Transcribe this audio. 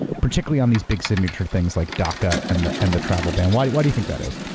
particularly on these big signature things like daca and the and the travel ban. why do why do you think that is?